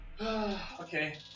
Okay